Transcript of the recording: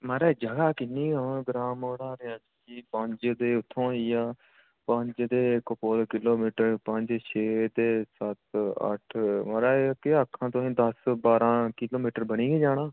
माराज जगह किन्नी गै होनी ग्रां मोड़ा पंज ते उत्थूं होई गेआ पंज ते किलोमीटर पंज छ ते सत्त अट्ठ माराज केह् आखां तुहेंगी दस्स बारां किलोमीटर बनी गै जाना